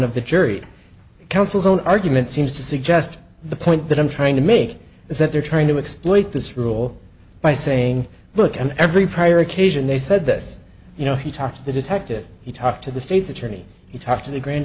of the jury counsel's own argument seems to suggest the point that i'm trying to make is that they're trying to exploit this rule by saying look in every prior occasion they said this you know he talked to the detective he talked to the state's attorney you talk to the grand